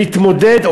להתמודד,